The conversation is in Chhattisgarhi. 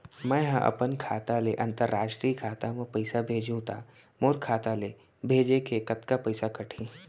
मै ह अपन खाता ले, अंतरराष्ट्रीय खाता मा पइसा भेजहु त मोर खाता ले, भेजे के कतका पइसा कटही?